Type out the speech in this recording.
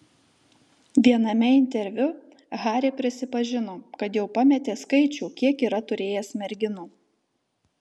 viename interviu harry prisipažino kad jau pametė skaičių kiek yra turėjęs merginų